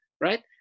Right